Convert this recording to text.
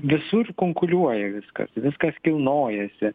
visur konkuliuoja viskas viskas kilnojasi